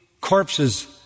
corpses